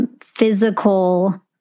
physical